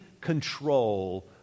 control